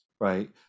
right